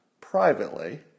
privately